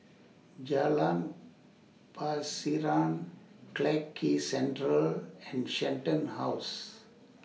Jalan Pasiran Clarke Quay Central and Shenton House